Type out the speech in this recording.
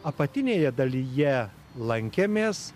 apatinėje dalyje lankėmės